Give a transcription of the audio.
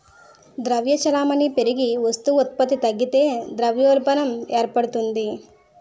ద్రవ్య చలామణి పెరిగి వస్తు ఉత్పత్తి తగ్గితే ద్రవ్యోల్బణం ఏర్పడుతుంది